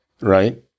right